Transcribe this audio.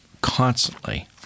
constantly